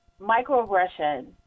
microaggression